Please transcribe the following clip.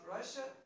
Russia